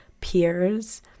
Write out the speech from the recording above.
peers